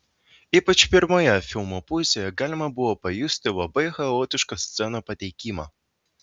ypač pirmoje filmo pusėje galima buvo pajusti labai chaotišką scenų pateikimą